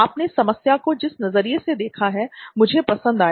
आपने समस्या को जिस नज़रिए से देखा मुझे बहुत पसंद आया